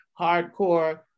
hardcore